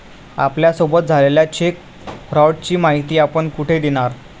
आपल्यासोबत झालेल्या चेक फ्रॉडची माहिती आपण कुठे देणार?